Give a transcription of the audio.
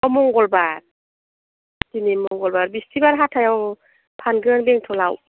मंगलबार दिनै मंगलबार बिसथिबार हाथाइयाव फानगोन बेंटलआव